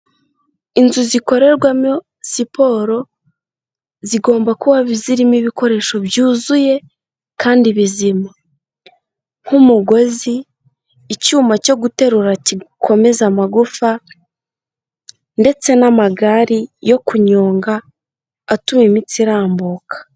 Inzu zikorerwamo siporo, zigomba kuba zirimo ibikoresho byuzuye kandi bizima nk'umugozi, icyuma cyo guterura gikomeza amagufa ndetse n'amagare yo kunyonga, atuma imitsi irambuka.